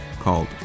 called